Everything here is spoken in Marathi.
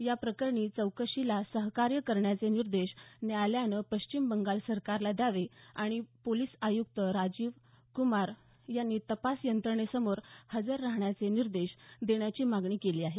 या प्रकरणी चौकशीला सहकार्य करण्याचे निर्देश न्यायालयानं पश्चिम बंगाल सरकारला द्यावे आणि पोलिस आयुक्त राजीव क्मार यांना तपास यंत्रणांसमोर हजर राहण्याचे निर्देश देण्याची मागणी केली आहे